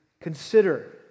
consider